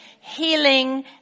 healing